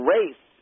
Race